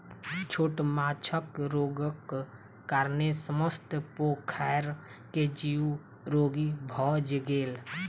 छोट माँछक रोगक कारणेँ समस्त पोखैर के जीव रोगी भअ गेल